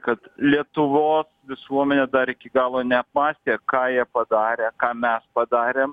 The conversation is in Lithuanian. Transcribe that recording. kad lietuvos visuomenė dar iki galo neapmąstė ką jie padarė ką mes padarėm